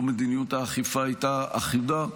לו מדיניות האכיפה הייתה אחידה.